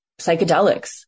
psychedelics